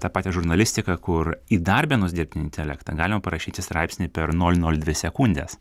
tą pati žurnalistika kur įdarbinus dirbtinį intelektą galima parašyti straipsnį per nol nol dvi sekundes